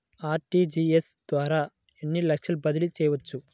RTGS ద్వారా ఎన్ని లక్షలు బదిలీ చేయవచ్చు?